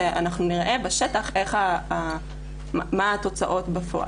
כשאנחנו נראה בשטח מה התוצאות בפועל.